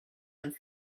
and